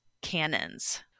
cannons